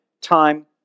time